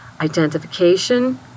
identification